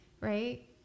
right